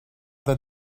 the